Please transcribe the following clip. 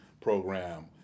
program